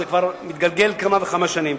זה מתגלגל כבר כמה וכמה שנים.